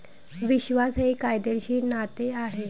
विश्वास हे कायदेशीर नाते आहे